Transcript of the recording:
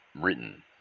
written